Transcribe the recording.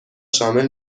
شامل